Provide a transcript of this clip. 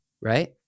right